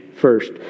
First